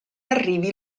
arrivi